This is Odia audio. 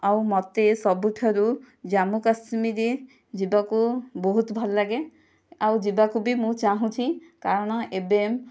ଆଉ ମୋତେ ସବୁଠାରୁ ଜମ୍ମୁ କାଶ୍ମିର ଯିବାକୁ ବହୁତ ଭଲ ଲାଗେ ଆଉ ଯିବାକୁ ବି ମୁଁ ଚାଁହୁଛି କାରଣ ଏବେ